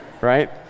right